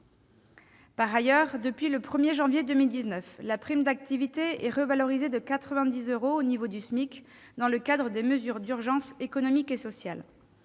priorité, depuis le 1 janvier 2019, la prime d'activité est revalorisée de 90 euros au niveau du SMIC dans le cadre des mesures d'urgence économiques et sociales.